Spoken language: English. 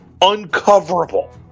uncoverable